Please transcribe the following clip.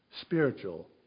spiritual